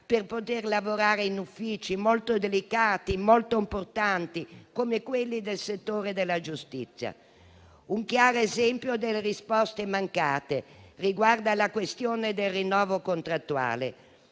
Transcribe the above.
per lavorare in uffici molto delicati e importanti, come quelli del settore della giustizia. Un chiaro esempio delle risposte mancate riguarda la questione del rinnovo contrattuale: